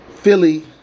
Philly